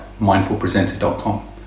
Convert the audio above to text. mindfulpresenter.com